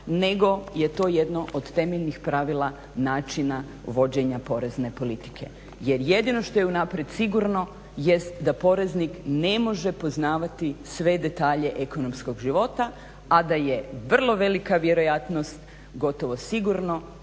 nego je to jedno od temeljnih pravila načina vođenja porezne politike. Jer jedino što je unaprijed sigurno jest da poreznik ne može poznavati sve detalje ekonomskog života, a da je vrlo velika vjerojatnost gotovo sigurno